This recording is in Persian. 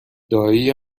دایی